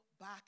back